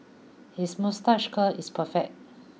his moustache curl is perfect